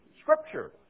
Scripture